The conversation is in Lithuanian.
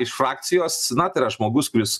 iš frakcijos na tai yra žmogus kuris